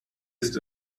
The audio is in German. ist